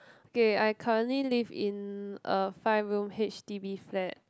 okay I currently live in a five room H_D_B flat